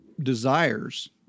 desires